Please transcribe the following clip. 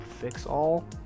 fix-all